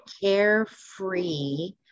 carefree